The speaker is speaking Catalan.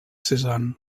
cézanne